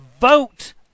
vote